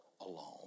alone